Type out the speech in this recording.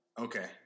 Okay